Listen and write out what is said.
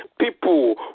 people